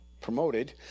promoted